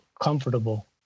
comfortable